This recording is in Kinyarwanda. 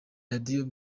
radiyo